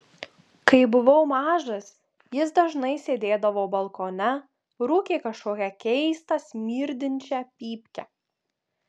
kai buvau mažas jis dažnai sėdėdavo balkone rūkė kažkokią keistą smirdinčią pypkę